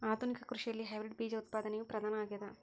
ಆಧುನಿಕ ಕೃಷಿಯಲ್ಲಿ ಹೈಬ್ರಿಡ್ ಬೇಜ ಉತ್ಪಾದನೆಯು ಪ್ರಧಾನ ಆಗ್ಯದ